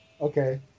Okay